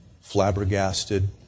flabbergasted